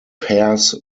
pairs